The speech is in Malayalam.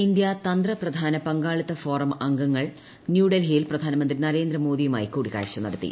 ഇന്ത്യ തന്ത്രപ്രധാന പങ്കാളിത്ത ഫോറം അംഗങ്ങൾ ന്യൂഡൽഹിയിൽ പ്രധാനമന്ത്രി നരേന്ദ്രമോദിയുമായി കൂടിക്കാഴ്ച നടത്തി